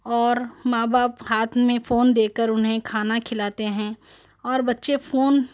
اور ماں باپ ہاتھ میں فون دے کر انہیں کھانا کھلاتے ہیں اور بچے فون